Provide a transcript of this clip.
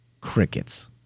Crickets